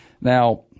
Now